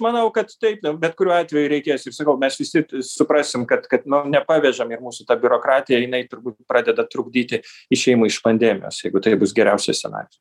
manau kad taip bet kuriuo atveju reikės ir sakau mes visi suprasim kad kad nepavežam ir mūsų ta biurokratija jinai turbūt pradeda trukdyti išėjimui iš pandemijos jeigu tai bus geriausias scenarijus